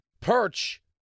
perch